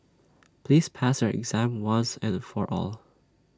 please pass your exam once and for all